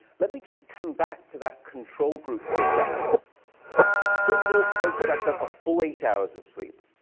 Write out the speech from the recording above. let me just come back to that control group for a second. do you remember those folks that got a full eight hours of sleep?